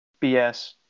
BS